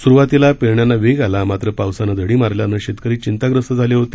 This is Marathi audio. सुरुवातीला पेरण्यांना वेग आला मात्र पावसानं दडी मारल्यानं शेतकरी चिंताग्रस्त झाले होते